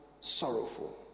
sorrowful